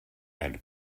and